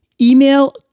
Email